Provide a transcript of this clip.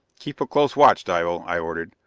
keep a close watch, dival, i ordered.